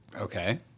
okay